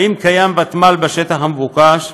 האם קיימת ותמ"ל בשטח המבוקש,